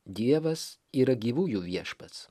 dievas yra gyvųjų viešpats